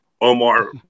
Omar